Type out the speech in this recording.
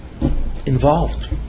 involved